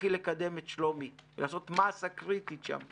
להתחיל לקדם את שלומי, לעשות מסה קריטית שם,